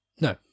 No